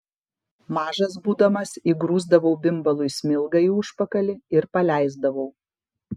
mažas būdamas įgrūsdavau bimbalui smilgą į užpakalį ir paleisdavau